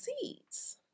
seeds